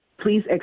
Please